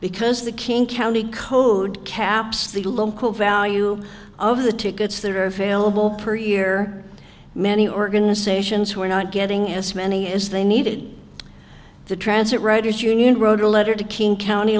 because the king county code caps the value of the tickets that are available per year many organizations who are not getting as many as they needed the transit writers union wrote a letter to king county